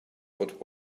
but